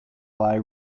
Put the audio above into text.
lie